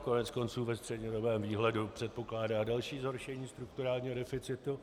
Koneckonců ve střednědobém výhledu předpokládá další zhoršení strukturálního deficitu.